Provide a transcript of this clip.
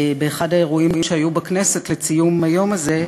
באחד האירועים שהיו בכנסת לציון היום הזה,